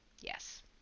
Yes